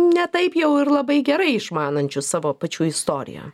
ne taip jau ir labai gerai išmanančius savo pačių istoriją